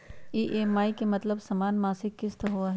EMI के मतलब समान मासिक किस्त होहई?